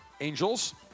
angels